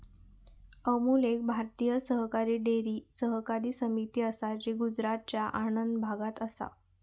अमूल एक भारतीय सरकारी डेअरी सहकारी समिती असा जी गुजरातच्या आणंद भागात असा